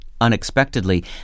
Unexpectedly